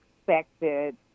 expected